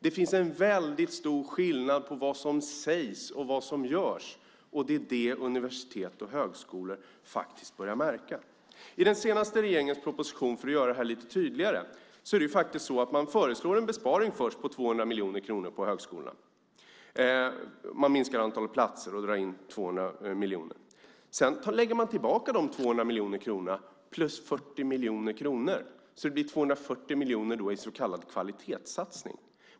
Det finns en väldigt stor skillnad på vad som sägs och vad som görs, och det är det som universitet och högskolor faktiskt börjar märka. I regeringens senaste proposition föreslår man först en besparing på 200 miljoner kronor på högskolan. Man minskar antalet platser och drar in 200 miljoner kronor. Sedan lägger man tillbaka dessa 200 miljoner kronor plus 40 miljoner kronor så att det blir 240 miljoner kronor i en så kallad kvalitetssatsning.